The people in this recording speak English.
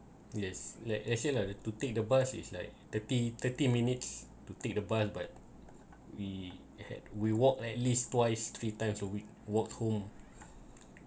yes like I say like to take the bus is like thirty thirty minutes to take the bus but we had we walked at least twice three times a week walked home